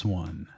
one